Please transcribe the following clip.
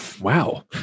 Wow